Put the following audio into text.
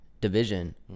division